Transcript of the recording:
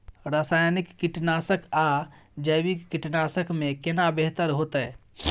रसायनिक कीटनासक आ जैविक कीटनासक में केना बेहतर होतै?